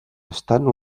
estan